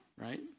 right